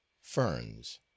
ferns